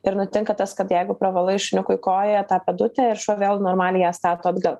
ir nutinka tas kad jeigu pravalai šniukui koją tą pėdutę ir šuo vėl normaliai ją stato atgal